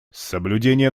соблюдение